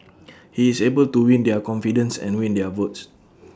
he is able to win their confidence and win their votes